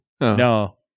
No